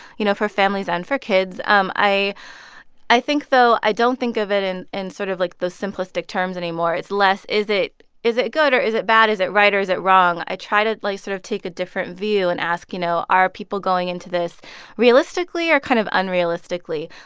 you know, for families and for kids um i i think, though, i don't think of it in and sort of, like, those simplistic terms anymore it's less is it is it good or is it bad, is it right or is it wrong? i try to, like, sort of take a different view and ask, you know, are people going into this realistically or kind of unrealistically?